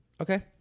Okay